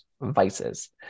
vices